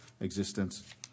existence